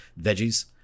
veggies